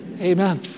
Amen